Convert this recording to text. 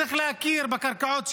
צריך להכיר בקרקעות שלנו,